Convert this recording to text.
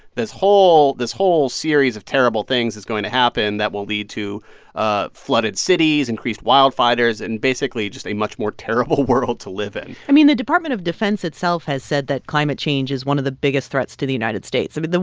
this whole this whole series of terrible things is going to happen that will lead to flooded cities, increased wildfires and, basically, just a much more terrible world to live in i mean, the department of defense itself has said that climate change is one of the biggest threats to the united states. i mean,